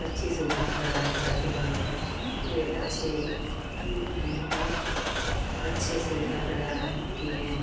अच्छी सुविधा प्रदान करते हैं वे अच्छे हैं और अच्छे सुविधा प्रदान किए हैं